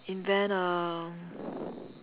invent um